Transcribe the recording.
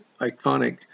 iconic